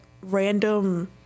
random